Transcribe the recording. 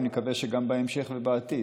ואני מקווה שגם בהמשך ובעתיד.